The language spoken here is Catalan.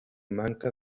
manca